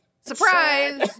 Surprise